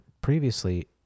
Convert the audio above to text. previously